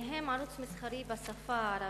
וביניהם ערוץ מסחרי בשפה הערבית.